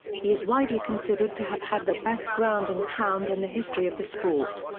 he is widely considered to have had the best ground-and-pound in the history of the sport.